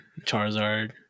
Charizard